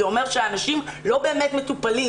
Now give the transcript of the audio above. זה אומר שאנשים לא באמת מטופלים.